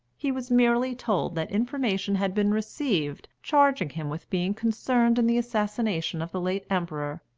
he was merely told that information had been received charging him with being concerned in the assassination of the late emperor,